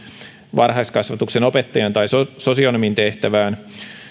varhaiskasvatuksen opettajan tai sosionomin tehtävään